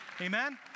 Amen